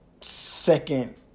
second